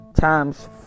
times